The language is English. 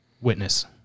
witness